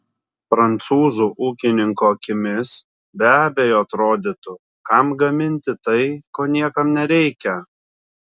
prancūzų ūkininko akimis be abejo atrodytų kam gaminti tai ko niekam nereikia